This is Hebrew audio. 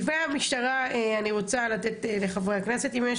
לפני המשטרה אני רוצה לתת לחברי הכנסת אם יש